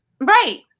right